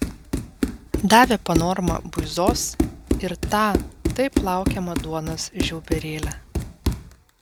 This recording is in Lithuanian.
davė po normą buizos ir tą taip laukiamą duonos žiauberėlę